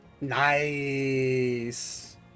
Nice